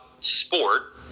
sport